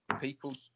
people